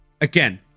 again